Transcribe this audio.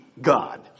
God